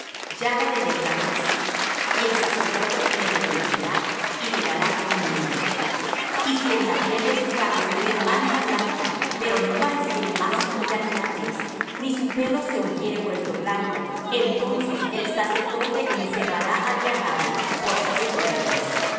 llaga de lepra es y el sacerdote le reconocerá y le dará por inmundo y si en la piel de su carne hubiere mancha blanca pero no pareciere más hundida que la tez ni su pelo se hubiere vuelto blanco entonces el sacerdote encerrará al llagado por siete días